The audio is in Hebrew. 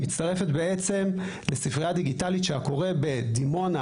מצטרפת בעצם לספרייה דיגיטלית שהקורא בדימונה